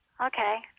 Okay